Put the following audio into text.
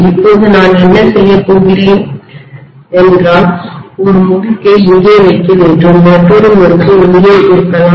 இப்போது நான் என்ன செய்யப் போகிறேன் என்றால் ஒரு முறுக்கை இங்கே வைக்க வேண்டும் மற்றொரு முறுக்கு இங்கே இருக்கலாம்